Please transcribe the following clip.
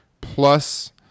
plus